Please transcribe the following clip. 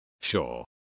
Sure